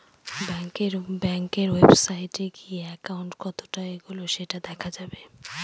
ব্যাঙ্কের ওয়েবসাইটে গিয়ে একাউন্ট কতটা এগোলো সেটা দেখা যাবে